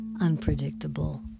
unpredictable